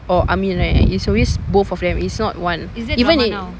or amin right it's always both of them is not one even if